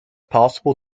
possible